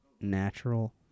natural